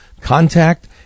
contact